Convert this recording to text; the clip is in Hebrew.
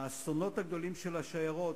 האסונות הגדולים של השיירות,